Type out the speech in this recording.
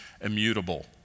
immutable